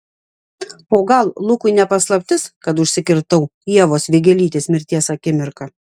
o gal lukui ne paslaptis kad užsikirtau ievos vėgėlytės mirties akimirką